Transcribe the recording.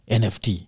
nft